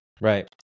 right